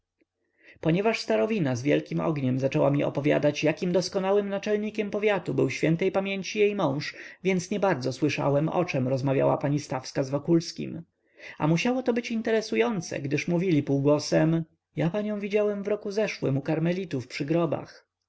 ponieważ starowina z wielkim ogniem zaczęła mi opowiadać jakim doskonałym naczelnikiem powiatu był ś p jej mąż więc niebardzo słyszałem o czem rozmawiała pani stawska z wokulskim a musiało to być interesujące gdyż mówili półgłosem ja panią widziałem w roku zeszłym